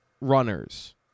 runners